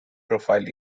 profile